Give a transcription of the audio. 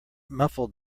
muffled